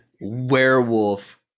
werewolf